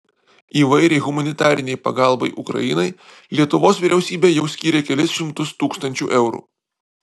įvairiai humanitarinei pagalbai ukrainai lietuvos vyriausybė jau skyrė kelis šimtus tūkstančių eurų